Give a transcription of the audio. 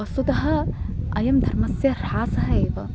वस्तुतः अयं धर्मस्य ह्रासः एव